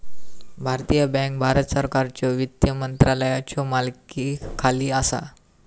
भारतीय बँक भारत सरकारच्यो वित्त मंत्रालयाच्यो मालकीखाली असा